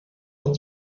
con